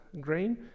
grain